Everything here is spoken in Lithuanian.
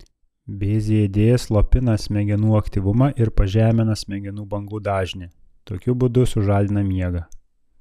bzd slopina smegenų aktyvumą ir pažemina smegenų bangų dažnį tokiu būdu sužadina miegą